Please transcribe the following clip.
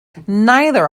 neither